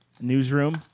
newsroom